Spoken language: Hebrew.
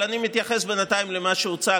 אבל אני מתייחס בינתיים למה שהוצג,